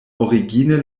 origine